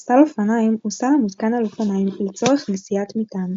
סל אופניים הוא סל המותקן על אופניים לצורך נשיאת מטען,